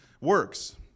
works